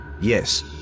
Yes